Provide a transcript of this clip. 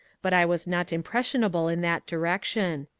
but i was not impressionable in that direction.